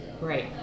Right